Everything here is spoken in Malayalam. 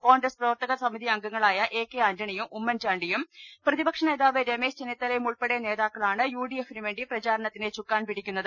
കോൺഗ്രസ് പ്രവർത്തകസമിതി അംഗങ്ങളായ എ കെ ആന്റ ണിയും ഉമ്മൻചാണ്ടിയും പ്രതിപക്ഷ നേതാവ് രമേശ് ചെന്നിത്ത ലയും ഉൾപ്പെടെ നേതാക്കളാണ് യുഡിഎഫിന് വേണ്ടി പ്രചാരണ ത്തിന്റെ ചുക്കാൻപിടിക്കുന്നത്